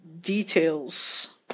details